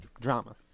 drama